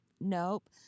nope